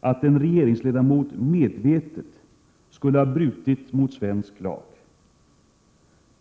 att en regeringsledamot medvetet skulle ha brutit mot svensk lag.